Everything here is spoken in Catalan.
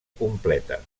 completa